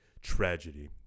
Tragedy